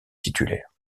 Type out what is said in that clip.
titulaire